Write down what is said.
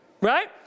right